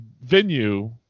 venue